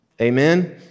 Amen